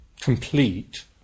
complete